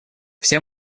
все